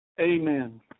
amen